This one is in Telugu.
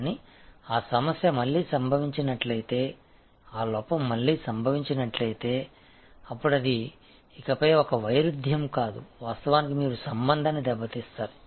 కానీ ఆ సమస్య మళ్లీ సంభవించినట్లయితే ఆ లోపం మళ్లీ సంభవించినట్లయితే అప్పుడు అది ఇకపై ఒక వైరుధ్యం కాదు వాస్తవానికి మీరు సంబంధాన్ని దెబ్బతీస్తారు